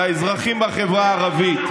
לאזרחים בחברה הערבית,